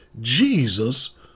Jesus